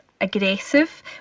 aggressive